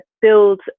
build